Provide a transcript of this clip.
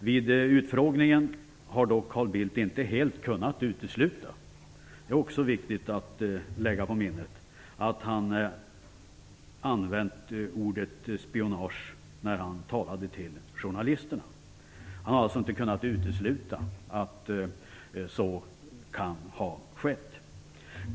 Vid utfrågningen har Carl Bildt inte helt kunnat utesluta att han använt ordet spionage när han talade till journalisterna. Det är också viktigt att lägga på minnet. Han har alltså inte kunnat utesluta att så kan ha skett.